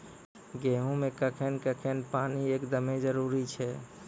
गेहूँ मे कखेन कखेन पानी एकदमें जरुरी छैय?